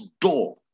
door